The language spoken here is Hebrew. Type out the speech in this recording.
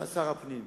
שר הפנים,